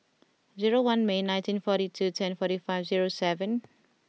zero one May nineteen forty two ten forty five zero seven